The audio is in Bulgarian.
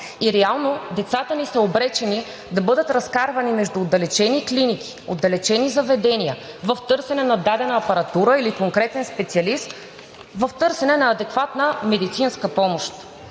и реално децата ни са обречени да бъдат разкарвани между отдалечени клиники, отдалечени заведения в търсене на дадена апаратура или конкретен специалист, в търсене на адекватна медицинска помощ.